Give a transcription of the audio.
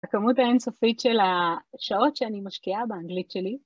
הכמות האינסופית של השעות שאני משקיעה באנגלית שלי.